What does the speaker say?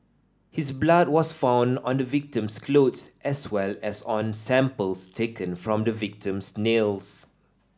his blood was found on the victim's clothes as well as on samples taken from the victim's nails